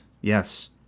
yes